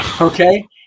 Okay